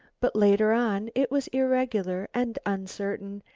but later on it was irregular and uncertain,